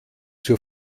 zur